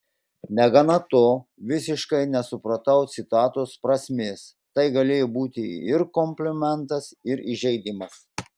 negana to visiškai nesupratau citatos prasmės tai galėjo būti ir komplimentas ir įžeidimas